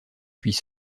puis